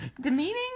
Demeaning